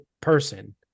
person